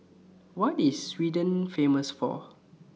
What IS Sweden Famous For